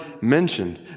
mentioned